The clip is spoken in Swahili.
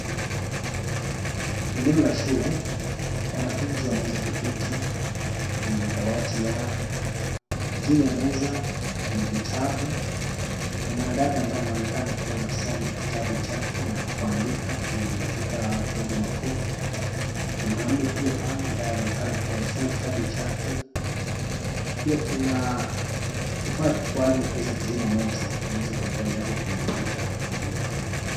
Eneo la shule. Wanafunzi wameweza kuketi kwenye madawati yao. Juu ya meza kuna vitabu na mwanadada ambaye anaonekana akiwa anasoma kitabu chake na kuandika mambo makuu. Kuna mwanaume pia pale ambaye anaonekana anasoma kitabu chake. Pia kuna kifaa kikwaju ya kuweza kuzima moto inaweza kuonekana imewekwa kwenye ukuta wa nyumba hii.